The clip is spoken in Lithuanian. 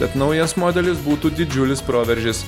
tad naujas modelis būtų didžiulis proveržis